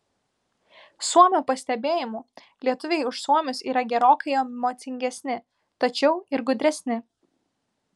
suomio pastebėjimu lietuviai už suomius yra gerokai emocingesni tačiau ir gudresni